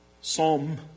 Psalm